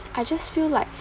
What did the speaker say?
I just feel like